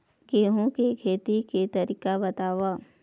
गेहूं के खेती के तरीका बताव?